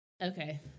Okay